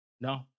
No